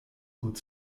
gut